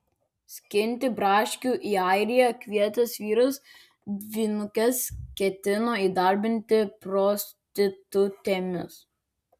skinti braškių į airiją kvietęs vyras dvynukes ketino įdarbinti prostitutėmis